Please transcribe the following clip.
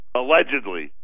allegedly